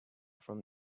from